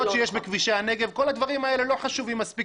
שיש בכבישי הנגב כל הדברים האלה לא חשובים מספיק